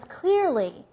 clearly